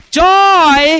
joy